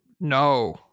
no